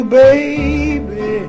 baby